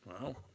Wow